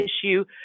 issue